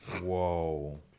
whoa